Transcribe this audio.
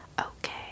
Okay